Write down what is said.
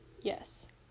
Yes